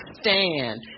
stand